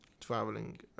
Traveling